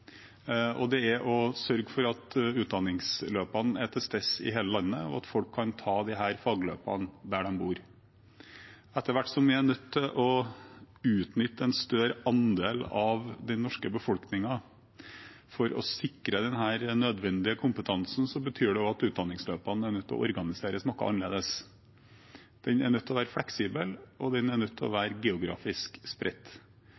å sørge for at utdanningsløpene er til stede i hele landet, og at folk kan ta disse fagløpene der de bor. Etter hvert som vi er nødt til å utnytte en større andel av den norske befolkningen for å sikre denne nødvendige kompetansen, betyr det også at utdanningsløpene er nødt til å bli organisert noe annerledes. De er nødt til å være fleksible, og de er nødt til å være geografisk spredt.